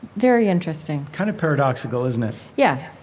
very interesting kind of paradoxical, isn't it? yeah,